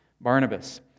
Barnabas